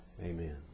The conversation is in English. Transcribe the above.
Amen